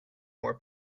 more